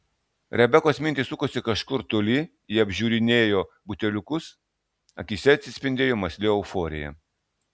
rebekos mintys sukosi kažkur toli ji apžiūrinėjo buteliukus akyse atsispindėjo mąsli euforija